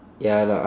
ya lah